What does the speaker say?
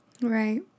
Right